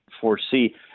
foresee